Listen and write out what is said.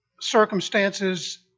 circumstances